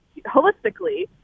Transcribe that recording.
holistically